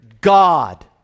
God